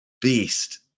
beast